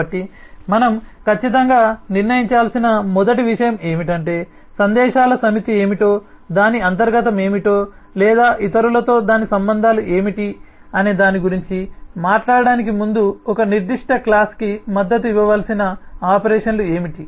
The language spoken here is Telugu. కాబట్టి మనం ఖచ్చితంగా నిర్ణయించాల్సిన మొదటి విషయం ఏమిటంటే సందేశాల సమితి ఏమిటో దాని అంతర్గతమేమిటి లేదా ఇతరులతో దాని సంబంధాలు ఏమిటి అనే దాని గురించి మాట్లాడటానికి ముందు ఒక నిర్దిష్ట క్లాస్ కి మద్దతు ఇవ్వవలసిన ఆపరేషన్లు ఏమిటి